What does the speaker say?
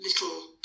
little